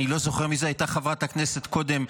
אני לא זוכר מי הייתה חברת הכנסת קודם,